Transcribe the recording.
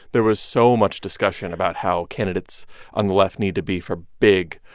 there was so much discussion about how candidates on the left need to be for big,